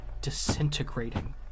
disintegrating